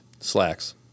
Slacks